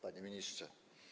Panie Ministrze!